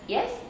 Yes